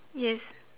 yes